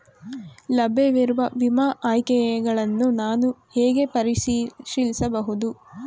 ಲಭ್ಯವಿರುವ ವಿಮಾ ಆಯ್ಕೆಗಳನ್ನು ನಾನು ಹೇಗೆ ಪರಿಶೀಲಿಸಬಹುದು?